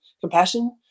compassion